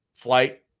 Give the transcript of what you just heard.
flight